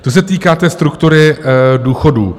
Co se týká té struktury důchodů.